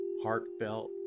heartfelt